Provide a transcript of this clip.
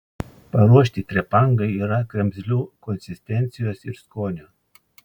paruošti trepangai yra kremzlių konsistencijos ir skonio